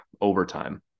overtime